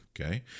Okay